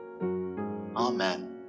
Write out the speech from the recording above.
Amen